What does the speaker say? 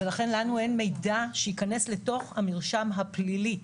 לכן לנו אין מידע שייכנס לתוך המרשם הפלילי.